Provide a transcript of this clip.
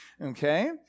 Okay